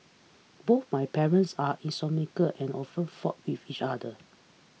both my parents were insomniac and often fought with each other